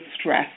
stress